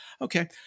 Okay